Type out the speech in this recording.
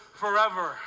forever